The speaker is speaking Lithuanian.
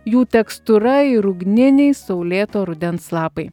jų tekstūra ir ugniniai saulėto rudens lapai